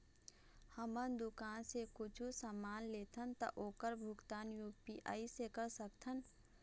हमन दुकान से कुछू समान लेथन ता ओकर भुगतान यू.पी.आई से कर सकथन?